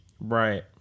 Right